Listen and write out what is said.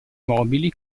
mobili